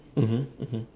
mmhmm mmhmm